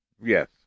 Yes